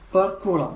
പേർ കുളം